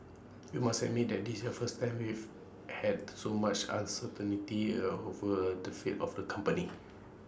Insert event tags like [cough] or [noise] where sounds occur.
we must admit this your first time we've had so much [unintelligible] over A the fate of the company